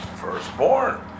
firstborn